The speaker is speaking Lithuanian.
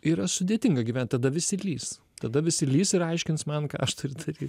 yra sudėtinga gyvent tada visi lįs tada visi lįs ir aiškins man ką aš turiu daryt